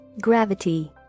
gravity